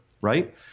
Right